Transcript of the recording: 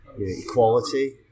equality